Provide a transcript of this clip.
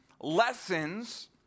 lessons